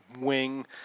wing